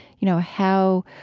you know, how,